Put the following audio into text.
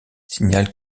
signale